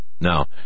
Now